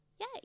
Yay